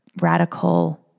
radical